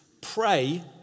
pray